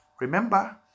Remember